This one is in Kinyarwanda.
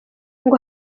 ngo